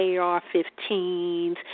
AR-15s